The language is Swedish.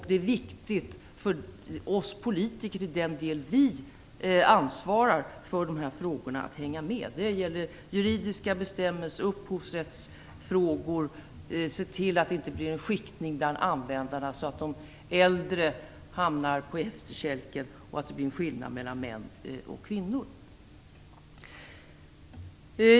Det är viktigt för oss politiker att i den del som vi ansvarar för dessa frågor hänga med. Det handlar om juridiska bestämmelser och om upphovsrättsfrågor. Det gäller att se till att det inte blir en skiktning bland användarna, så att de äldre hamnar på efterkälken och det blir en skillnad mellan män och kvinnor.